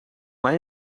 mij